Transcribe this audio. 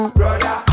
brother